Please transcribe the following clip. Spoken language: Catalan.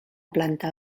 planta